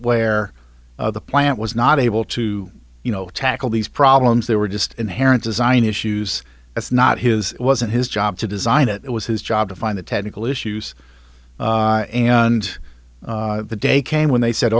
where the plant was not able to you know tackle these problems they were just inherent design issues it's not his it wasn't his job to design it was his job to find the technical issues and the day came when they said